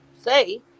say